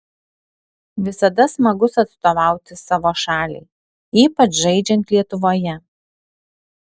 visada smagus atstovauti savo šaliai ypač žaidžiant lietuvoje